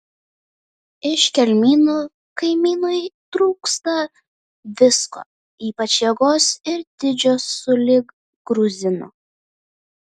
iš kelmynų kaimynui trūksta visko ypač jėgos ir dydžio sulig gruzinu